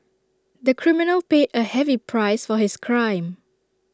the criminal paid A heavy price for his crime